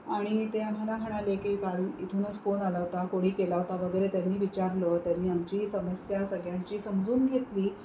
आणि ते आम्हाला म्हणाले की काल इथूनच फोन आला होता कोणी केला होता वगैरे त्यांनी विचारलं त्यांनी आमची समस्या सगळ्यांची समजून घेतली